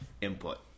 input